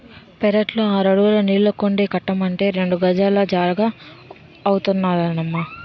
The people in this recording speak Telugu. పెరట్లో ఆరడుగుల నీళ్ళకుండీ కట్టమంటే రెండు గజాల జాగా అవుతాదన్నడమ్మా